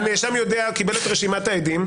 הנאשם יודע, הוא קיבל את רשימת העדים,